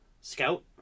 scout